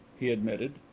he admitted.